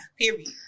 period